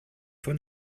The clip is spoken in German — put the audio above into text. von